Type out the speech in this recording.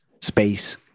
space